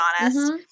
honest